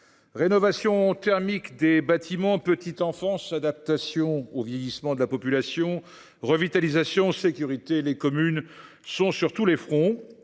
rénovation thermique des bâtiments, petite enfance, adaptation au vieillissement de la population, revitalisation, sécurité : les communes sont sur tous les fronts,